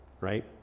right